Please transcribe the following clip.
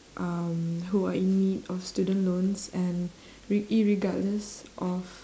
um who are in need of student loans and re~ irregardless of